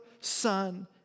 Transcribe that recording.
son